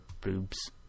boobs